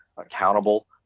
Accountable